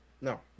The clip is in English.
No